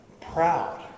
Proud